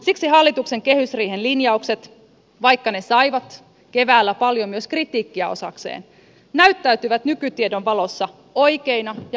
siksi hallituksen kehysriihen linjaukset vaikka ne saivat keväällä paljon myös kritiikkiä osakseen näyttäytyvät nykytiedon valossa oikeina ja vastuullisina